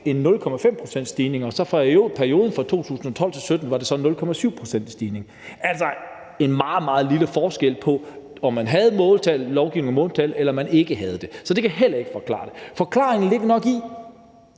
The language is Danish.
en stigning på 0,7 pct. Det viser altså en meget, meget lille forskel på, om man havde lovgivning om måltal eller man ikke havde det, så det kan heller ikke forklare det. Forklaringen ligger nok i,